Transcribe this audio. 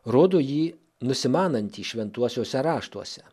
rodo jį nusimanantį šventuosiuose raštuose